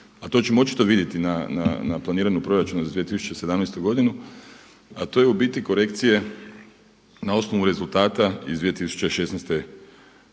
a to ćemo očito vidjeti na planiranju proračuna za 2017. godinu a to je u biti korekcije na osnovu rezultata iz 2016. godine.